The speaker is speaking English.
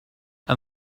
and